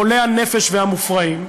חולי הנפש והמופרעים,